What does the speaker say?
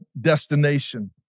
destination